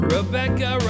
Rebecca